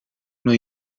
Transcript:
una